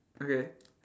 okay